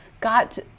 got